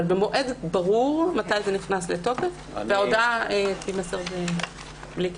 אבל במועד ברור מתי זה נכנס לתוקף וההודעה תימסר בלי קשר.